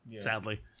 sadly